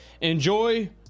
enjoy